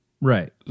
Right